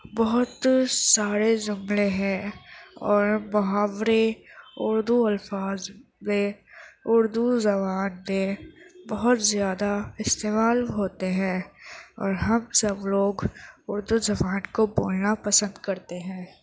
بہت سارے جملے ہیں اور محاورے اردو الفاظ میں اردو زبان میں بہت زیادہ استعمال ہوتے ہیں اور ہم سب لوگ اردو زبان کو بولنا پسند کرتے ہیں